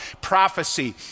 prophecy